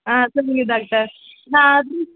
ஆ சரிங்க டாக்டர் நான்